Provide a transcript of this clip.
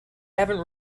haven’t